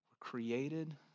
created